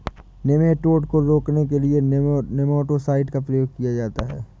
nematode को रोकने के लिए नेमाटो साइड का प्रयोग किया जाता है